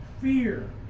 fear